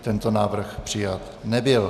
Tento návrh přijat nebyl.